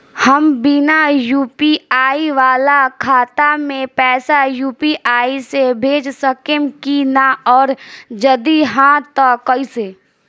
हम बिना यू.पी.आई वाला खाता मे पैसा यू.पी.आई से भेज सकेम की ना और जदि हाँ त कईसे?